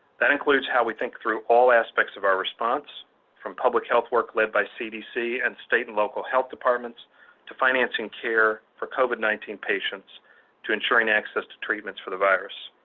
that includes how we think through all aspects of our response from public health work led by cdc and state and local health departments to financing care for covid nineteen patients to ensuring access to treatments for the virus.